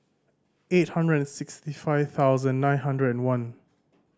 eight hundred and sixty five thousand nine hundred and one